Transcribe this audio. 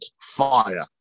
fire